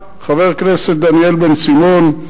חבר הכנסת דניאל בן-סימון,